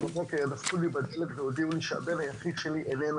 אבל המדינה שעה לפני גמר הדיון הגישה ערעור ונשלחנו